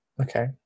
Okay